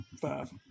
Five